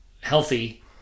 healthy